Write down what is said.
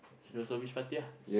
Siloso beach party ah